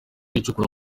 icukura